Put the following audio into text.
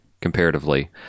comparatively